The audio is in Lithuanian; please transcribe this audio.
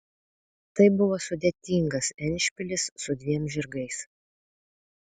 tai buvo sudėtingas endšpilis su dviem žirgais